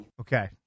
Okay